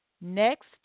next